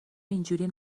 اینجوری